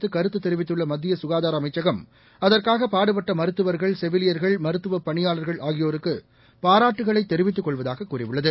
இந்நிலையில் கருத்துதெரிவித்துள்ளமத்தியசுகாதாரஅமைச்சகம் அதற்காகபாடுபட்டமருத்துவர்கள் செவிலியர்கள் மருத்துவப் பணியாளர்கள் ஆகியோருக்குபாராட்டுகளைதெரிவித்துக்கொள்வதாககூறியுள்ளது